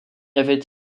avait